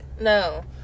No